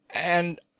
and